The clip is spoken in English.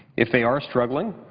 if they are struggling,